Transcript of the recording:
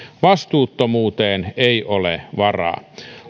vastuuttomuuteen ei ole varaa